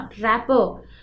Rapper